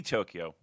Tokyo